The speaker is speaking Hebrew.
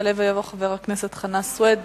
יעלה ויבוא חבר הכנסת חנא סוייד,